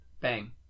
bang